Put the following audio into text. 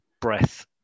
breath